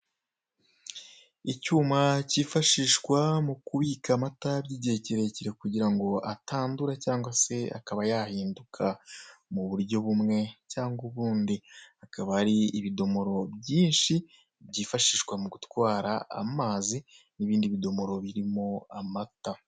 Icyuma cyifashishwa mu kubika amata by'igihe kirekire kugira ngo atandura cyangwa se akaba yakwandura mu buryo bumwe cyangwa ubundi, hakaba hari ibidomoro byinshi byafashishwa mu gutwara amazi n'ibindi birimo amata.